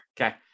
Okay